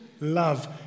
love